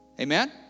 Amen